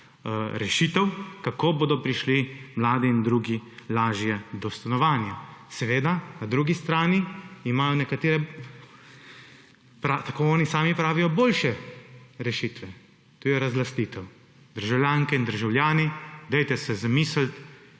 rešitev, kako bodo prišli mladi in drugi lažje do stanovanja. Seveda, na drugi strani, imajo nekatere, tako oni sami pravijo, boljše rešitve. To je razlastitev. Državljanke in državljani, zamislite